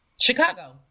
Chicago